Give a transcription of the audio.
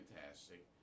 fantastic